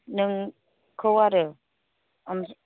नोंखौ आरो